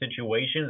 situations